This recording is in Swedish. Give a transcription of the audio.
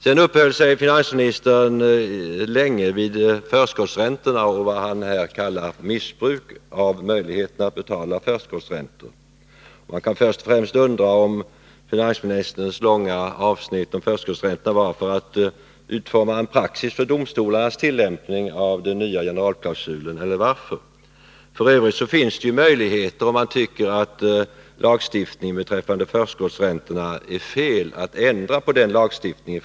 Sedan uppehöll sig finansministern länge vid förskottsräntorna och vad han kallade missbruk av möjligheten att betala förskottsräntor. Man kan först och främst undra om finansministerns långa avsnitt om förskottsräntorna var avsett att utforma en praxis för domstolarnas tillämpning av den nya generalklausulen. F. ö. finns det ju, om man tycker att lagstiftningen beträffande förskottsräntorna är felaktig, möjligheter att ändra detta.